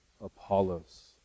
Apollos